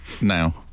now